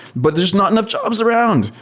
but there're not enough jobs around.